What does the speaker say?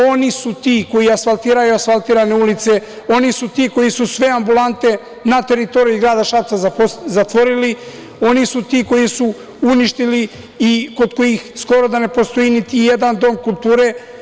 Oni su ti koji asfaltiraju asfaltirane ulice, oni su ti koji su sve ambulante na teritoriji grada Šapca zatvorili, oni su ti koji su uništili i kod kojih skoro da ne postoji niti jedan dom kulture.